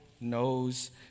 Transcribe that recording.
knows